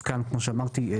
אז כאן, כמו שאמרתי,